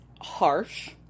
harsh